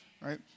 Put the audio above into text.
right